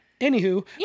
Anywho